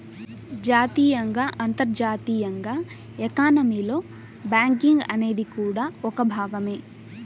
జాతీయంగా, అంతర్జాతీయంగా ఎకానమీలో బ్యాంకింగ్ అనేది కూడా ఒక భాగమే